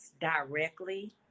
directly